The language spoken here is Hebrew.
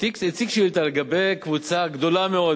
הציג שאילתא לגבי קבוצה גדולה מאוד,